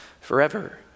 forever